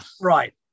Right